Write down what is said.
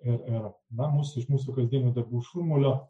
ir ir na mus iš mūsų kasdienių darbų šurmulio